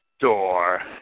door